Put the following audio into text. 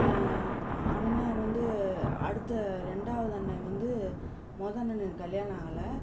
என் அண்ணேன் வந்து அடுத்த ரெண்டாவது அண்ணன் வந்து முத அண்ணனுக்கு கல்யாணம் ஆகலை